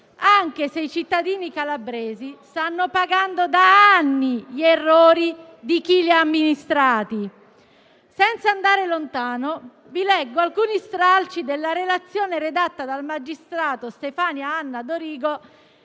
e i cittadini calabresi stanno pagando da anni gli errori di chi li ha amministrati. Senza andare lontano, vi leggo alcuni stralci della relazione redatta dal magistrato Stefania Anna Dorigo,